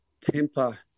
temper